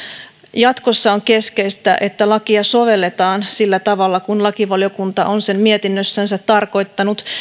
jatkossa on keskeistä että lakia sovelletaan sillä tavalla kuin lakivaliokunta on sen mietinnössänsä tarkoittanut